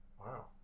wow